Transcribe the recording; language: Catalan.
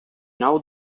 nou